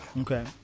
Okay